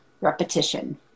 Repetition